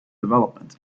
development